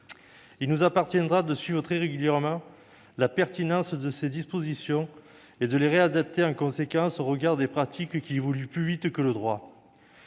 Il nous appartiendra de suivre très régulièrement la pertinence de ces dispositions et de les réadapter en conséquence au regard des pratiques qui évoluent plus vite que le droit.